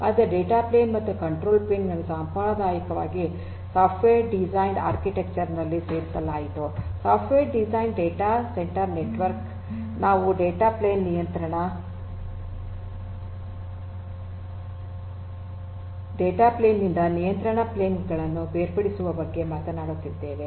ಆದ್ದರಿಂದ data plane ಮತ್ತು control plane ಅನ್ನು ಸಾಂಪ್ರದಾಯಿಕವಾಗಿ ಸಾಫ್ಟ್ವೇರ್ ಡಿಫೈನ್ಡ್ ಆರ್ಕಿಟೆಕ್ಚರ್ ನಲ್ಲಿ ಸೇರಿಸಲಾಯಿತು software defined data centre network ನಾವು ಡಾಟಾ ಪ್ಲೇನ್ ನಿಂದ ನಿಯಂತ್ರಣ ಪ್ಲೇನ್ ಅನ್ನು ಬೇರ್ಪಡಿಸುವ ಬಗ್ಗೆ ಮಾತನಾಡುತ್ತಿದ್ದೇವೆ